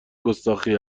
گستاخی